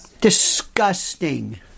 Disgusting